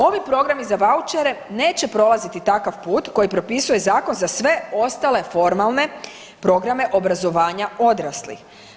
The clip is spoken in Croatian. Ovim programi za vaučere neće prolaziti takav put koji propisuje zakon za sve ostale formalne programe obrazovanja odraslih.